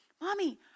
mommy